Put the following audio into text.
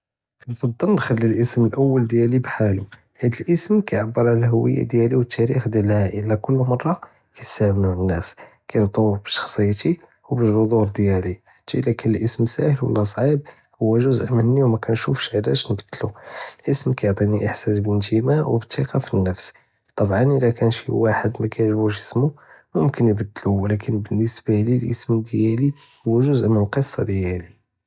כנפעל נחלִי אלאסם אלאול דיאלי בְחאלו, הדא אלאסם כיעבר עלא אלוהידה דיאלי ו תאריח דיאל אלאעילה כל מראה יסתעמלו נאס כירטבת בשחסיתי ובלג'זור דיאלי חתא אידה קאן אלאסם סאהל ולא סעיב הוא ג'וז מן וני ומכנשוףש עלאש נבדלו, אלאסם כיעטיני אחהס בלאינטמאה ובתיקה פלנפס טבעאן אידה קאן שי ואחד מאקיעجبוש אסמו מוכן יבדאו ולקין באלנسبة ליא אלאסם דיאלי הוא ג'וז מן אלקסה דיאלי.